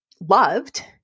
loved